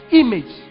image